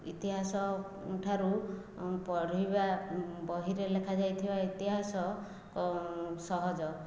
ଇତିହାସଠାରୁ ପଢ଼ିବା ବହିରେ ଲେଖା ଯାଇଥିବା ଇତିହାସ ସହଜ